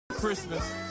Christmas